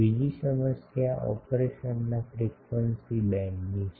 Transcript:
બીજી સમસ્યા ઓપરેશનના ફ્રીક્વન્સી બેન્ડની છે